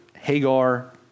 Hagar